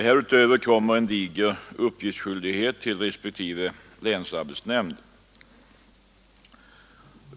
Härutöver kommer en diger uppgiftsskyldighet till respektive länsarbetsnämnd.